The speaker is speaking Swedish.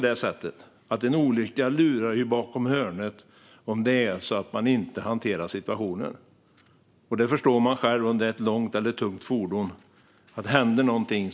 En olycka lurar bakom hörnet om man inte kan hantera situationen. Alla förstår att om det händer någonting med ett långt eller tungt fordon blir effekterna dramatiska.